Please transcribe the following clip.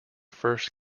first